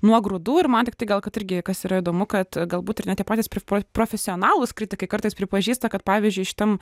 nuo grūdų ir man tiktai gal kad irgi kas yra įdomu kad galbūt ir net tie patys pri profesionalūs kritikai kartais pripažįsta kad pavyzdžiui šitam